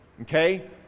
okay